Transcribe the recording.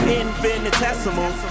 infinitesimal